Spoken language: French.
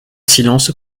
silence